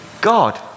God